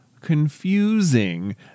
confusing